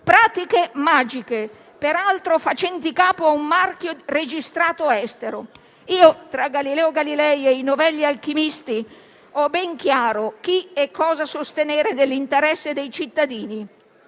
pratiche magiche, peraltro facenti capo ad un marchio registrato estero. Personalmente, tra Galileo Galilei e i novelli alchimisti, ho ben chiaro chi e cosa sostenere nell'interesse dei cittadini: